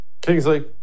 Kingsley